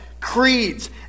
creeds